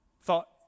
Thought